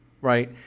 right